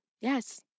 Yes